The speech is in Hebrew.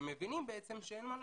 ומבינים שאין מה לעשות,